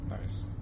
nice